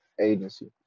Agency